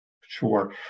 Sure